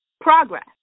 progress